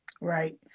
Right